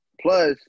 Plus